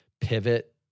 pivot